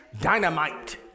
Dynamite